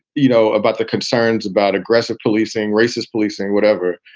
you know, about the concerns about aggressive policing, racist policing, whatever.